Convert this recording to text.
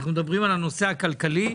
אנחנו מדברים על הנושא הכלכלי.